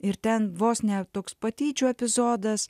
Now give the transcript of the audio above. ir ten vos ne toks patyčių epizodas